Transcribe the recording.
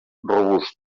robust